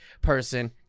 person